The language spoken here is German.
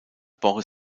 boris